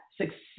success